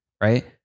right